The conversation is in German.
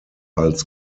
als